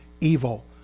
evil